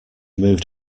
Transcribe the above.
moved